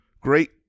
Great